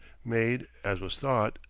made, as was thought,